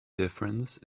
difference